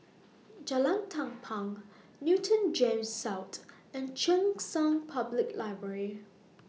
Jalan Tampang Newton Gems South and Cheng San Public Library